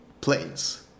planes